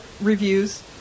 reviews